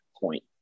point